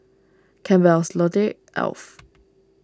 Campbell's Lotte Alf